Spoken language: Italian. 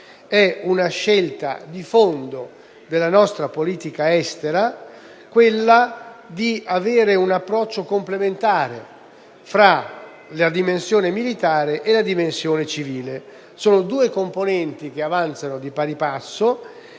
una scelta di fondo della nostra politica estera quella di avere un approccio complementare fra la dimensione militare e la dimensione civile: sono due componenti che avanzano di pari passo